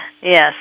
Yes